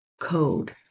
code